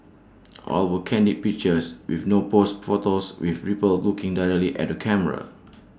all were candid pictures with no posed photos with people looking directly at the camera